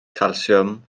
calsiwm